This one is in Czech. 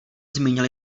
zmínil